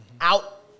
out